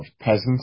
peasants